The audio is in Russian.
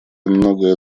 многое